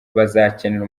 bazakenera